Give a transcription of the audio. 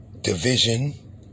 division